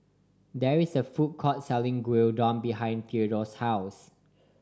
there is a food court selling Gyudon behind Theadore's house